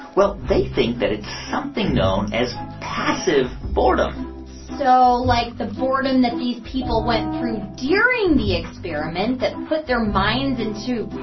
well, they think that it's something known as passive boredom so like the boredom that these people went through during the experiment that put their minds into,